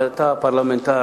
אתה כבר פרלמנטר